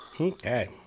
Okay